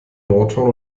nordhorn